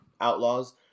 outlaws